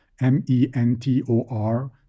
M-E-N-T-O-R